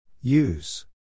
Use